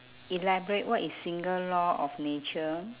elaborate what is single law of nature